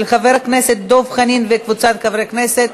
נתקבלה.